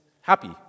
happy